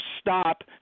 stop